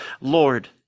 Lord